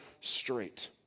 straight